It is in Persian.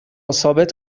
ثابت